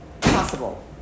possible